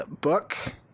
book